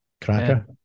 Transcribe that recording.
Cracker